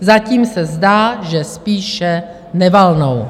Zatím se zdá, že spíše nevalnou.